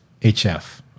HF